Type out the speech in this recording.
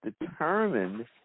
determined